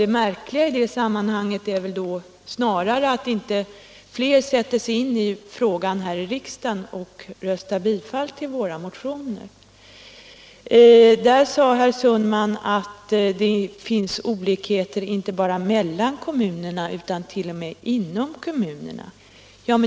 Det märkliga i det sammanhanget är snarare att inte fler här i riksdagen sätter sig in i frågan och röstar för bifall till våra motioner. Herr Sundman sade att det finns olikheter inte bara mellan kommunerna utan t.o.m. inom kommunerna.